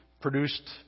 produced